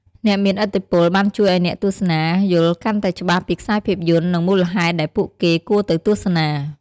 អ្នកមានឥទ្ធិពលបានជួយឱ្យអ្នកទស្សនារយល់កាន់តែច្បាស់ពីខ្សែភាពយន្ត និងមូលហេតុដែលពួកគេគួរទៅទស្សនា។